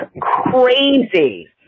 crazy